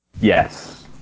Yes